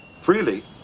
freely